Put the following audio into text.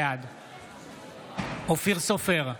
בעד אופיר סופר,